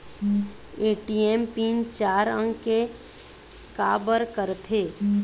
ATM PIN चार अंक के का बर करथे?